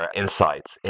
insights